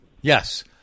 Yes